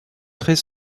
traits